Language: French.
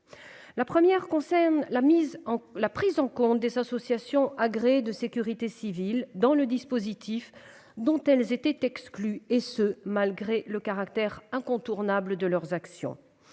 La première concerne la prise en compte des associations agréées de sécurité civile dans le dispositif dont elles étaient exclues, et ce malgré le caractère incontournable de leurs actions.